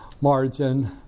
margin